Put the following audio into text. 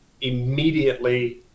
immediately